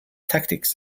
tactics